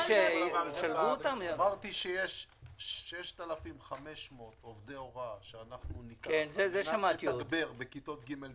אמרתי שיש 6,500 עובדי הוראה שנתגבר בכיתות ג',